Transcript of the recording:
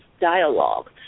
dialogue